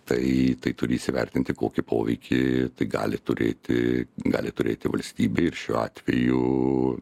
tai tai turi įsivertinti kokį poveikį tai gali turėti gali turėti valstybei ir šiuo atveju